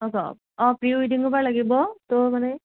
অঁ প্ৰি ৱেডিঙৰ পৰা লাগিব ত' মানে